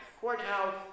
courthouse